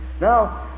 Now